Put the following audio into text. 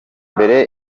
mbere